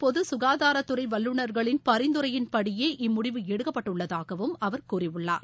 பொது கணதாரத்துறை வல்லுநர்களின் பரிந்துரையின்படியே இம்முடிவு எடுக்கப்பட்டுள்ளதாகவும் அவர் கூறியுள்ளார்